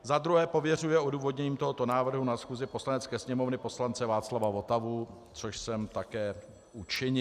Za druhé pověřuje odůvodněním tohoto návrhu na schůzi Poslanecké sněmovny poslance Václava Votavu, což jsem také učinil.